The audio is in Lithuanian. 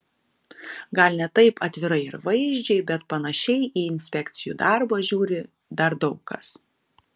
gal ne taip atvirai ir vaizdžiai bet panašiai į inspekcijų darbą žiūri dar daug kas